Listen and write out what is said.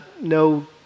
no